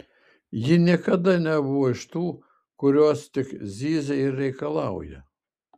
ji niekada nebuvo iš tų kurios tik zyzia ir reikalauja